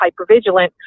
hypervigilant